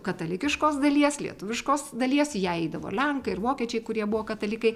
katalikiškos dalies lietuviškos dalies į ją eidavo lenkai ir vokiečiai kurie buvo katalikai